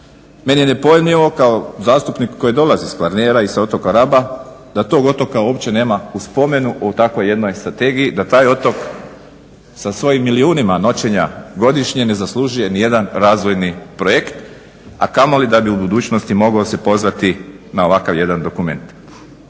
Meni je nepojmljivo kao zastupniku koji dolazi sa Kvarnera i sa otoka Raba da tog otoka uopće nema u spomenu u takvoj jednoj strategiji, da taj otok sa svojim milijunima noćenja godišnje ne zaslužuje ni jedan razvojni projekt a kamoli da bi u budućnosti se mogao pozvati na ovakav jedan dokument.